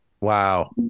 Wow